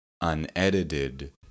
unedited